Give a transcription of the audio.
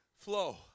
flow